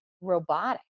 Robotic